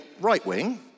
right-wing